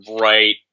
right